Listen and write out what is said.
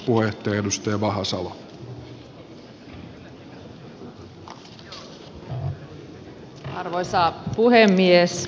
nyt päätetään lakiehdotusten sisällöstä